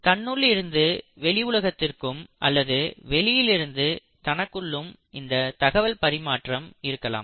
தன்னுள் இருந்து வெளி உலகத்திற்கும் அல்லது வெளியிலிருந்து தனக்குள்ளும் இந்த தகவல் பரிமாற்றம் இருக்கலாம்